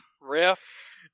ref